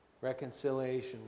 Reconciliation